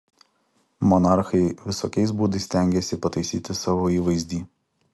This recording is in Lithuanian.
monarchai visokiais būdais stengėsi pataisyti savo įvaizdį